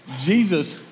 Jesus